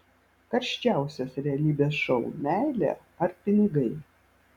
karščiausias realybės šou meilė ar pinigai